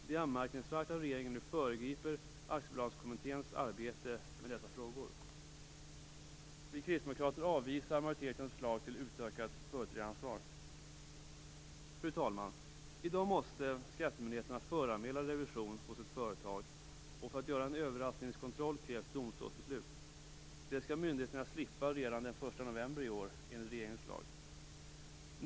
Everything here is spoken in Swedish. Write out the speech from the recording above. Det är anmärkningsvärt att regeringen nu föregriper resultatet av Aktiebolagskommitténs arbete med dessa frågor. Vi kristdemokrater avvisar majoritetens förslag till utökat företrädaransvar. Fru talman! I dag måste skattemyndigheterna föranmäla revision hos ett företag, och för att göra en överraskningskontroll krävs det domstolsbeslut. Det skall myndigheterna slippa redan från den 1 november i år, enligt regeringens förslag.